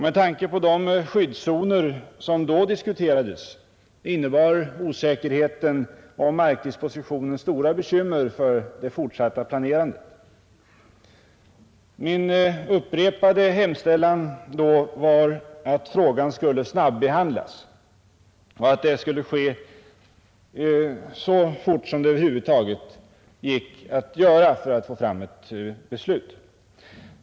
Med tanke på de skyddszoner som då diskuterades innebar osäkerheten om markdispositionen stora bekymmer för det fortsatta planerandet. Min upprepade hemställan då var att frågan skulle snabbehandlas för att man skulle få ett beslut så fort som det över huvud taget var möjligt.